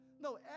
No